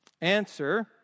Answer